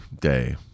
day